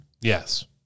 Yes